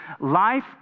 life